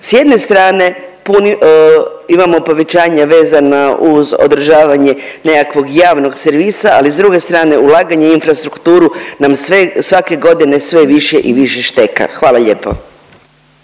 s jedne strane imamo povećanja vezana uz održavanje nekakvog javnog servisa, ali s druge ulaganje u infrastrukturu nam svake godine sve više i više šteka, hvala lijepo.